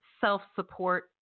self-support